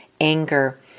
anger